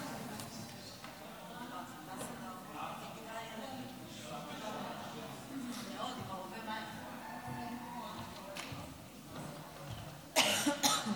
שלום,